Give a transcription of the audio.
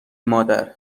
مادر